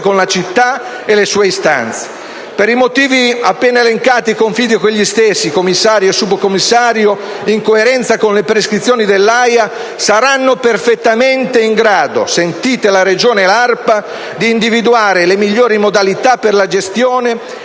con la città e le sue istanze. Per i motivi appena elencati confido che gli stessi, commissario e subcommissario, in coerenza con le prescrizioni dell'AIA, saranno perfettamente in grado, sentite la Regione e l'ARPA, di individuare le migliori modalità per la gestione